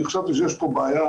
אני חשבתי שיש פה בעיה